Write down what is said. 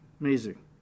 Amazing